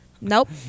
Nope